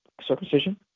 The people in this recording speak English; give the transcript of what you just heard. circumcision